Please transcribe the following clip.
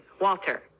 Walter